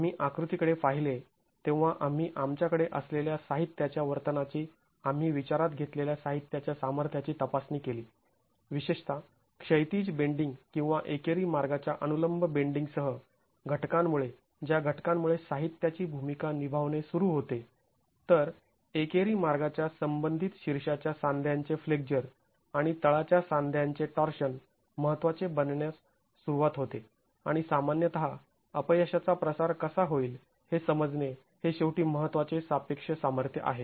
आम्ही आकृतीकडे पाहिले तेव्हा आम्ही आमच्याकडे असलेल्या साहित्याच्या वर्तनाची आम्ही विचारात घेतलेल्या साहित्याच्या सामर्थ्याची तपासणी केली विशेषतः क्षैतिज बेंडींग किंवा एकेरी मार्गाच्या अनुलंब बेंडींगसह घटकांमुळे ज्या घटकांमुळे साहित्याची भूमिका निभावणे सुरू होते तर एकेरी मार्गाच्या संबंधित शीर्षाच्या सांध्यांचे फ्लेक्झर आणि तळाच्या सांध्यांचे टॉर्शन महत्त्वाचे बनण्यास सुरुवात होते आणि सामान्यतः अपयशाचा प्रसार कसा होईल हे समजणे हे शेवटी महत्त्वाचे सापेक्ष सामर्थ्य आहे